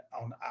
on